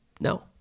No